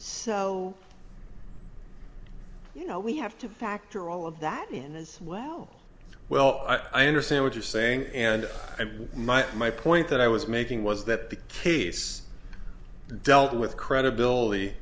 so you know we have to factor all of that i mean wow well i understand what you're saying and my my point that i was making was that the case dealt with credibility